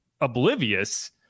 oblivious